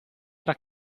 era